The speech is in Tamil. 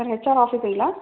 sir HR ஆஃபீஸுங்களா